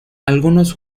algunos